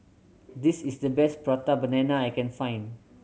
this is the best Prata Banana I can find